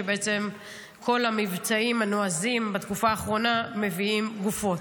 שבעצם כל המבצעים הנועזים בתקופה האחרונה מביאים גופות.